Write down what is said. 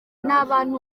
abantu